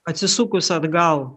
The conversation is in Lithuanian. atsisukus atgal